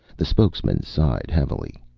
the spokesman sighed heavily.